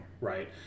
right